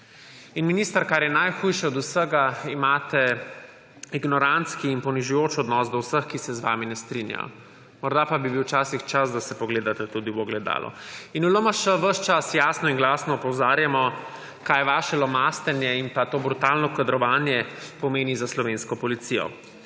Minister, kar je najhujše od vsega, imate ignorantski in ponižujoč odnos do vseh, ki se z vami ne strinjajo. Morda pa bi bil včasih čas, da se pogledate tudi v ogledalo. V LMŠ ves čas jasno in glasno opozarjamo, kaj vaše lomastenje in to brutalno kadrovanje pomeni za slovensko policijo.